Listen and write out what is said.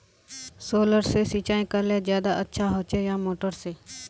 Solar से सिंचाई करले ज्यादा अच्छा होचे या मोटर से?